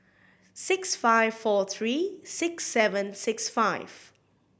six five four three six seven six five